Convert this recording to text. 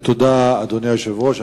תודה, אדוני היושב-ראש.